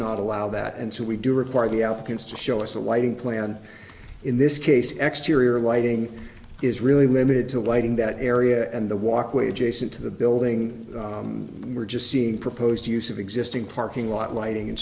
not allow that and so we do require the applicants to show us a lighting plan in this case exteriors lighting is really limited to lighting that area and the walkway adjacent to the building we're just seeing proposed use of existing parking lot lighting and